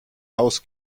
haus